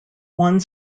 one